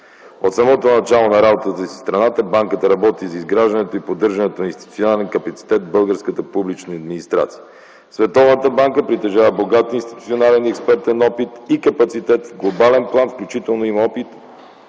От самото начало на работата си в страната Банката работи за изграждането и поддържането на институционален капацитет в българската публична администрация. Световната банка притежава богат институционален и експертен опит и капацитет. В глобален план включително има опит